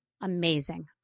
amazing